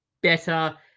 better